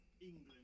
England